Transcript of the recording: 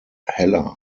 heller